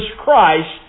Christ